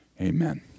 amen